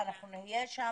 אנחנו נהיה שם,